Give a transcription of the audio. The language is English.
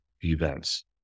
events